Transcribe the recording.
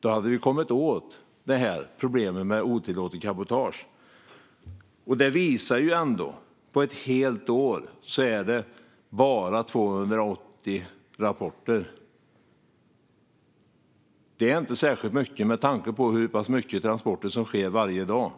Då hade vi kommit åt problemet med otillåtet cabotage. På ett helt år är det 280 rapporter. Det är inte särskilt mycket med tanke på hur pass många transporter som sker varje dag.